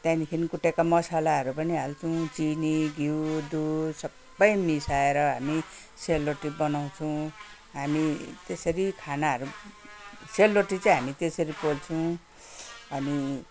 त्यहाँदेखि कुटेको मसालाहरू पनि हाल्छौँ चिनी दुध घिउ सबै मिसाएर हामी सेलरोटी बनाउँछौँ हामी त्यसरी खानाहरू सेलरोटी चाहिँ हामी त्यसरी पोल्छौँ अनि